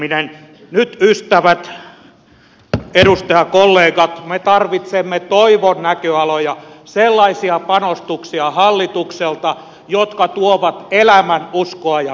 nyt ystävät edustajakollegat me tarvitsemme toivon näköaloja sellaisia panostuksia hallitukselta jotka tuovat elämänuskoa ja toivoa